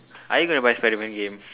are you going to buy Spiderman game